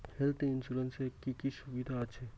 Health insurance এ কি কি সুবিধা আছে?